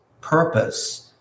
purpose